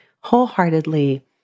wholeheartedly